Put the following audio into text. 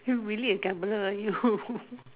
you really a gambler ah you